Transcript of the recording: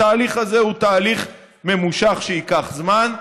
התהליך הזה הוא תהליך ממושך, שייקח זמן.